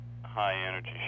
high-energy